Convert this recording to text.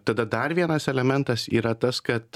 tada dar vienas elementas yra tas kad